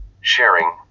sharing